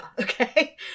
okay